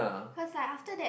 cause like after that